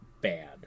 bad